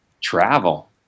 travel